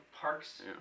parks